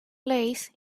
place